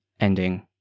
ending